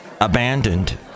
abandoned